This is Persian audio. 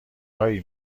هایی